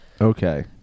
Okay